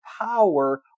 power